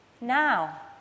now